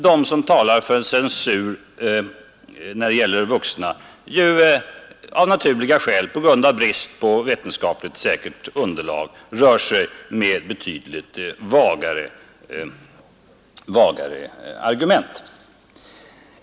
De som talar för censur när det gäller vuxna rör sig av brist på vetenskapligt säkert underlag med betydligt vagare argument.